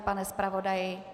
Pane zpravodaji?